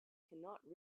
cannot